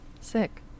Sick